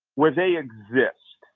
where they exist,